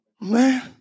Man